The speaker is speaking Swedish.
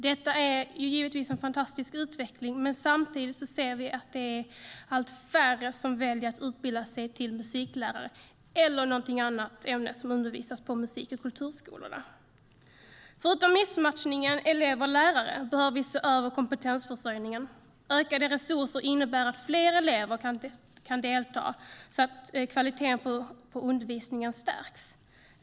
Detta är givetvis en fantastisk utveckling, men samtidigt är det allt färre som väljer att utbilda sig till musiklärare eller studera något annat ämne som undervisas på musik och kulturskolorna. Förutom missmatchningen mellan elever och lärare behöver vi se över kompetensförsörjningen. Ökade resurser innebär att fler elever kan delta och att kvaliteten på undervisningen stärks.